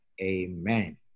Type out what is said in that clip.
Amen